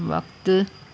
वक़्तु